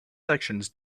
sections